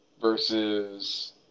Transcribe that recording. versus –